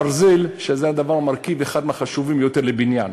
ברזל, שזה הדבר, מרכיב, אחד מהחשובים יותר לבניין.